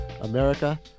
America